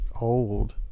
Old